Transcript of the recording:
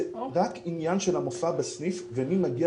זה רק עניין של המופע בסניף ומי מגיע